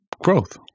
growth